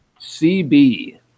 CB